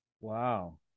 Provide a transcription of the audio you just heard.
Wow